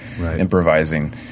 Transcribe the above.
improvising